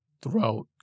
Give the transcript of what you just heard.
Throughout